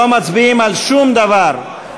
לא מצביעים על שום דבר,